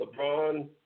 LeBron